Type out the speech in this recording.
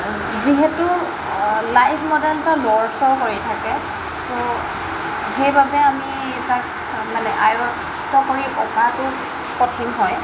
যিহেতু live model বা লৰচৰ কৰি থাকে সেইবাবে আমি তাক মানে আয়ত্ত কৰি অঁকাটো কঠিন হয়